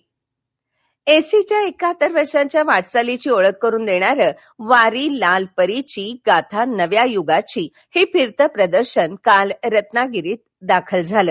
AC Ratnagiri एसटीच्या एकाहत्तर वर्षांच्या वाटचालीची ओळख करून देणारं वारी लाल परीची गाथा नव्या युगाची हे फिरतं प्रदर्शन काल रत्नागिरीत दाखलं झालं